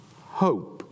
hope